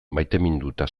maiteminduta